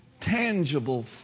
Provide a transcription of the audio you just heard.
tangible